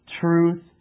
truth